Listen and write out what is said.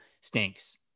stinks